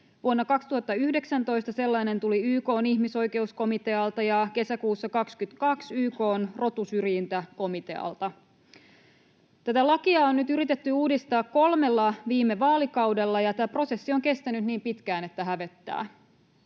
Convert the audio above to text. Vuonna 2019 sellainen tuli YK:n ihmisoikeuskomitealta ja kesäkuussa 2022 YK:n rotusyrjintäkomitealta. Tätä lakia on nyt yritetty uudistaa kolmella viime vaalikaudella, ja tämä prosessi on kestänyt niin pitkään, että hävettää.